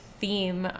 theme